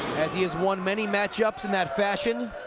as he has won many matchups in that fashion